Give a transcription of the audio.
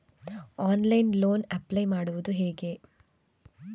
Online loan apply ಮಾಡುವುದು ಹೇಗೆ?